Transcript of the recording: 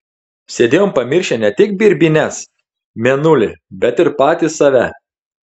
sėdėjom pamiršę ne tik birbynes mėnulį bet ir patys save